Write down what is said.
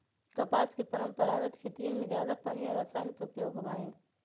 कपास के परंपरागत खेतियन में जादा पानी और रसायन के उपयोग होबा हई